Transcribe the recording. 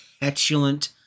petulant